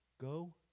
go